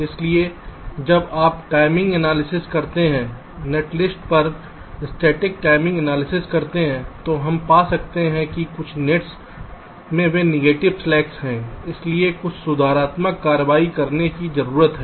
इसलिए जब आप टाइमिंग एनालिसिस करते हैं नेटलिस्ट पर स्टैटिक टाइमिंग एनालिसिस करते हैं तो हम पा सकते हैं कि कुछ नेट्स में वे निगेटिव स्लैक्स हैं इसलिए कुछ सुधारात्मक कार्रवाई करने की जरूरत है